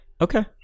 Okay